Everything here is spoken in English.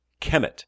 Kemet